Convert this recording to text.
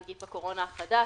נגיף הקורונה החדש),